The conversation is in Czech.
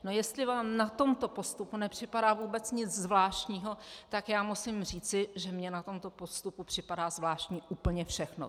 No jestli vám na tomto postupu nepřipadá vůbec nic zvláštního, tak já musím říci, že mně na tomto postupu připadá zvláštní úplně všechno.